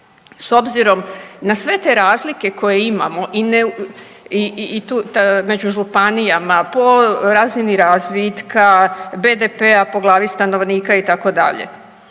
s obzirom na sve te razlike koje imamo i tu među županijama po razini razvitka, BDP-a, po glavi stanovnika itd.,